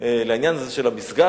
לעניין הזה של המסגד,